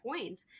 point